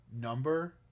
number